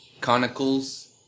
Conicles